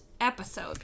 episode